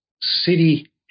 city